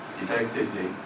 effectively